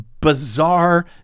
bizarre